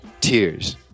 Tears